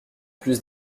plus